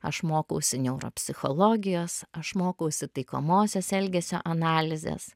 aš mokausi neuropsichologijos aš mokausi taikomosios elgesio analizės